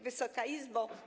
Wysoka Izbo!